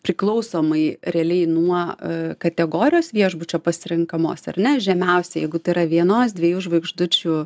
priklausomai realiai nuo a kategorijos viešbučio pasirenkamos ar ne žemiausia jeigu tai yra vienos dviejų žvaigždučių